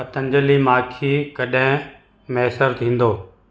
पतंजलि माखी कॾहिं मुयसरु थींदो